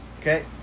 Okay